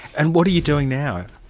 and what are you doing now?